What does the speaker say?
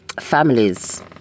families